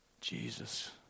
Jesus